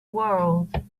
world